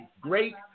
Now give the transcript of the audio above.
great